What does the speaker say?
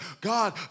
God